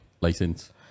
license